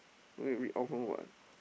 no need read off one [what]